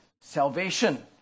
salvation